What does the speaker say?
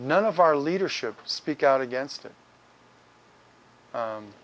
none of our leadership speak out against it